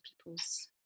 people's